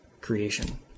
creation